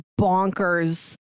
bonkers